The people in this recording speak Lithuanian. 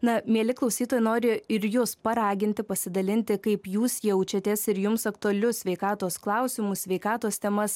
na mieli klausytojai noriu ir jus paraginti pasidalinti kaip jūs jaučiatės ir jums aktualius sveikatos klausimus sveikatos temas